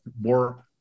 more